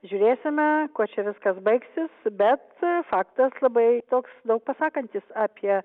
žiūrėsime kuo čia viskas baigsis bet faktas labai toks daug pasakantis apie